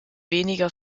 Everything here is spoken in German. weniger